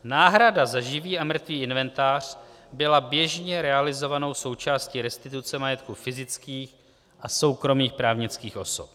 Náhrada za živý a mrtvý inventář byla běžně realizovanou součástí restituce majetku fyzických a soukromých právnických osob.